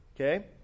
okay